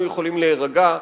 כולנו יכולים להירגע,